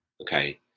Okay